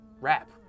rap